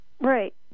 Right